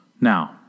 Now